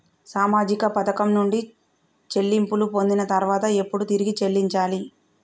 సామాజిక పథకం నుండి చెల్లింపులు పొందిన తర్వాత ఎప్పుడు తిరిగి చెల్లించాలి?